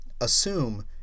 Assume